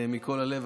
מכל הלב,